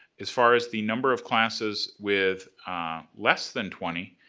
as far as the number of classes with less than twenty,